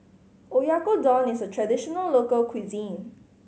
oyakodon is a traditional local cuisine